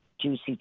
juicy